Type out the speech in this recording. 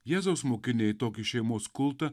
jėzaus mokiniai tokį šeimos kultą